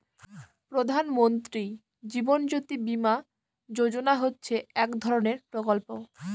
প্রধান মন্ত্রী জীবন জ্যোতি বীমা যোজনা হচ্ছে এক ধরনের প্রকল্প